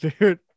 dude